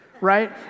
right